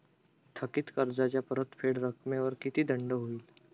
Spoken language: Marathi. थकीत कर्जाच्या परतफेड रकमेवर किती दंड होईल?